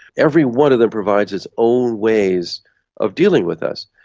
every one of them provides its own ways of dealing with us.